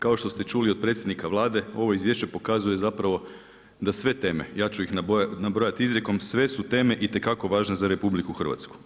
Kao što ste čuli od predsjednika Vlade ovo izvješće pokazuje zapravo da sve teme ja ću ih nabrojati izrijekom sve su teme itekako važne za RH.